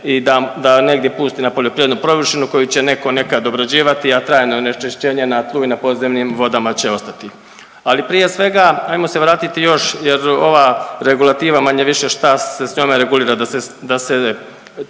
da negdje pusti na poljoprivrednu površinu koju će neko nekad obrađivati, a trajno onečišćenje na tlu i na podzemnim vodama će ostati. Ali prije svega ajmo se vratiti još jer ova regulativa manje-više šta se s njome regulira, da se,